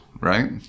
right